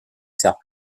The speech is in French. sert